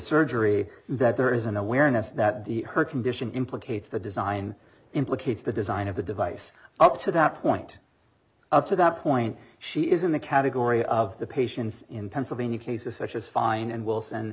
surgery that there is an awareness that the her condition implicates the design implicates the design of the device up to that point up to that point she is in the category of the patients in pennsylvania cases such as fein and wilson